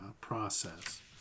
process